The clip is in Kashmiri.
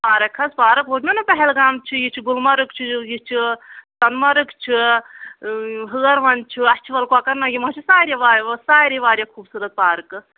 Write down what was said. پارَک حظ پارَک ووٚنمو نہ پہلگام چھِ یہِ چھِ گُلمرگ چھِ یہِ چھِ سۄنہٕ مرگ چھِ ہٲورَن چھِ اَچھٕ وَل کۄکَر ناگ یِم حظ چھِ سارے سارے واریاہ خوٗبصوٗرت پارکہٕ